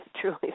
truly